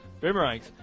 boomerangs